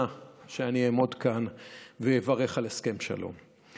שאני אעמוד כאן ואברך על הסכם שלום.